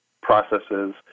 processes